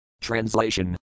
Translation